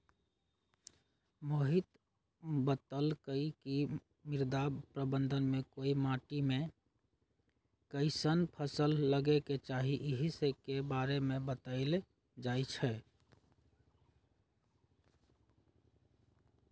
मोहित बतलकई कि मृदा प्रबंधन में कोन माटी में कईसन फसल लगे के चाहि ई स के बारे में बतलाएल जाई छई